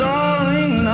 Darling